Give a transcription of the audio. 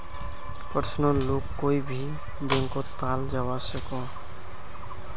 personal loan कोए भी बैंकोत पाल जवा सकोह